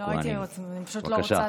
אני פשוט לא רוצה